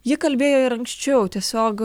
ji kalbėjo ir anksčiau tiesiog